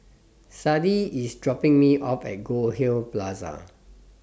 Sadie IS dropping Me off At Goldhill Plaza